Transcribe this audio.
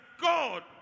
God